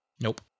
Nope